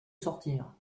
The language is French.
sortir